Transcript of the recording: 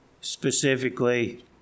specifically